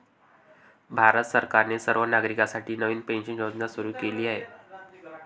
भारत सरकारने सर्व नागरिकांसाठी नवीन पेन्शन योजना सुरू केली आहे